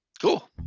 Cool